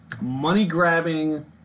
money-grabbing